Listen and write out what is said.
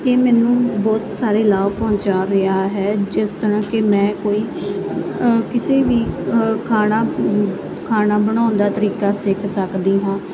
ਇਹ ਮੈਨੂੰ ਬਹੁਤ ਸਾਰੇ ਲਾਭ ਪਹੁੰਚਾ ਰਿਹਾ ਹੈ ਜਿਸ ਤਰ੍ਹਾਂ ਕਿ ਮੈਂ ਕੋਈ ਕਿਸੇ ਵੀ ਖਾਣਾ ਖਾਣਾ ਬਣਾਉਂਦਾ ਤਰੀਕਾ ਸਿੱਖ ਸਕਦੀ ਹਾਂ